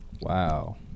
Wow